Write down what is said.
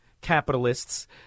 capitalists